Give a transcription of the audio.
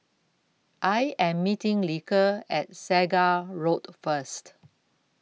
I Am meeting Lige At Segar Road First